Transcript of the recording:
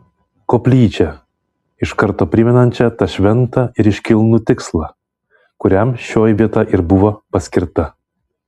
koplyčią iš karto primenančią tą šventą ir iškilnų tikslą kuriam šioji vieta ir buvo paskirta